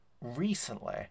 recently